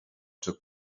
took